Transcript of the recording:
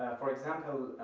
for example,